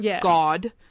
god